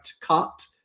cut